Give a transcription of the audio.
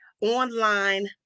online